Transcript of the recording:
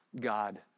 God